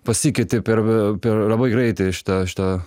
pasikeitė per per labai greitai šita šita